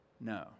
No